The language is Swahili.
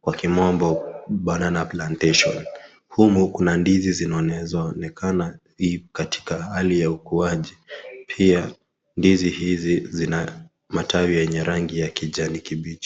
kwa kimombo, banana plantation . Humu kuna ndizi zinazoonekana, hii katika hali ya ukuaji. Pia, ndizi hizi, zina matawi yenye rangi ya kijani kibichi.